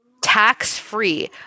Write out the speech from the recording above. tax-free